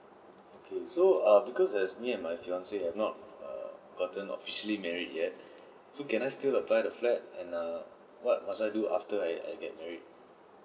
okay so err because as me and my fiancee have not err gotten officially married yet so can I still apply the flat and err what must I do after I I get married